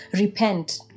repent